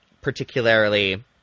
particularly